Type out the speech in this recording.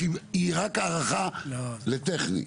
שהיא רק הארכה לטכני.